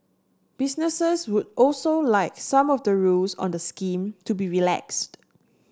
businesses would also like some of the rules on the scheme to be relaxed